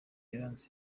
yaranze